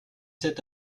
sept